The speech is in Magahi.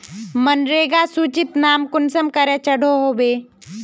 मनरेगा सूचित नाम कुंसम करे चढ़ो होबे?